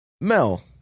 Mel